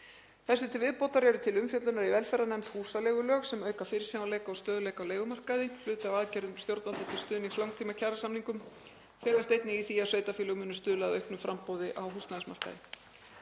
Þessu til viðbótar eru til umfjöllunar í velferðarnefnd húsaleigulög sem auka fyrirsjáanleika og stöðugleika á leigumarkaði. Hluti af aðgerðum stjórnvalda til stuðnings langtímakjarasamningum felst einnig í því að sveitarfélög muni stuðla að auknu framboði á húsnæðismarkaði.